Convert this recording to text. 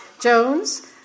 Jones